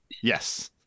Yes